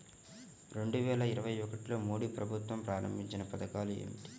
రెండు వేల ఇరవై ఒకటిలో మోడీ ప్రభుత్వం ప్రారంభించిన పథకాలు ఏమిటీ?